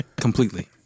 Completely